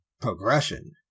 progression